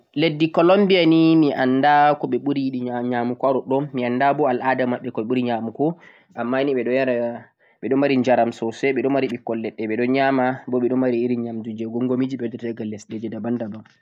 leddi Colombia ni annda ko ɓe ɓuri yiɗugo ha ɗoɗɗon, mi annda bo al'aada maɓɓe ko ɓe ɓuri nyaamugo, ammaaa ni ɓe ɗo yara ɓeɗon mari njaram soosay, ɓeɗon mari ɓikkon leɗɗe ɓeɗon nyaama bo ɓeɗon mari irin nyaamndu gomgomiji ɓe waddata diga lesɗeeji 'daban-daban'.